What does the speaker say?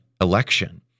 election